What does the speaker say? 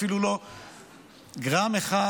אפילו גרם אחד